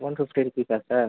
one fifty ரூபிஸ்சா sir